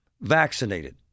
Vaccinated